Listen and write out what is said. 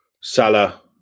Salah